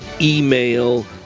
email